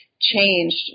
changed